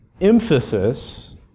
emphasis